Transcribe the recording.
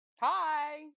Hi